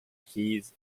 keys